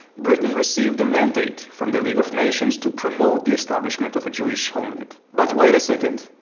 britain received a mandate from the league of nations to promote the establishment of a jewish homeland. but, wait a second.